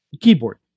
Keyboard